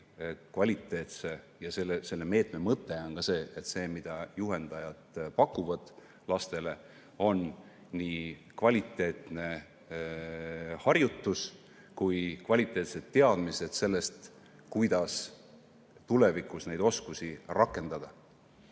kvaliteetselt. Selle meetme mõte on see, et see, mida juhendajad pakuvad lastele, oleks nii kvaliteetne harjutus kui ka kvaliteetsed teadmised sellest, kuidas tulevikus neid oskusi rakendada.